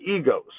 egos